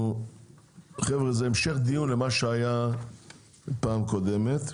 חבר'ה זה המשך דיון למה שהיה פעם קודמת,